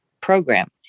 program